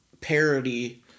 parody